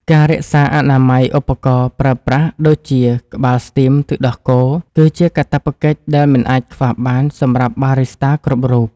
ការរក្សាអនាម័យឧបករណ៍ប្រើប្រាស់ដូចជាក្បាលស្ទីមទឹកដោះគោ គឺជាកាតព្វកិច្ចដែលមិនអាចខ្វះបានសម្រាប់បារីស្តាគ្រប់រូប។